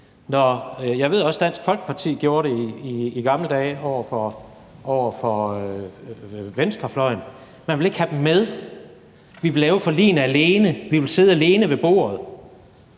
jeg ved også, at Dansk Folkeparti i gamle dage gjorde det over for venstrefløjen. Man ville ikke have dem med – vi vil lave forligene alene, vi vil sidde alene ved bordet